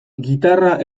gitarra